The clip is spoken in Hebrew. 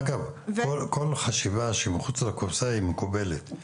אגב, כל חשיבה שהיא מחוץ לקופסה מקובלת.